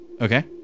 Okay